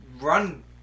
run